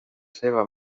seva